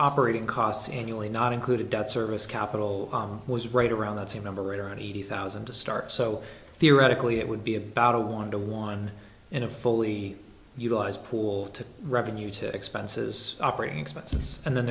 operating costs annually not included debt service capital was right around that same number at around eighty thousand to start so theoretically it would be about a one to one and a fully utilized pool to revenue to expenses operating expenses and then